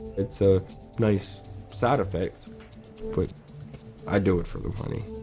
it's a nice side effect but i do it for money.